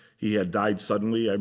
he had died suddenly, um